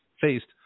faced